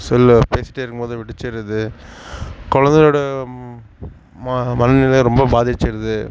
cell பேசிகிட்டே இருக்கும் போது வெடிச்சிடுது குழந்தையோட மனநிலை ரொம்ப பாதிச்சுடுது